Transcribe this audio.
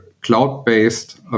cloud-based